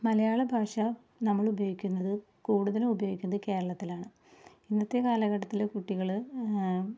മലയാള ഭാഷ നമ്മളുപയോഗിക്കുന്നത് കൂടുതലും ഉപയോഗിക്കുന്നത് കേരളത്തിലാണ് ഇന്നത്തെ കാലഘട്ടത്തിൽ കുട്ടികൾ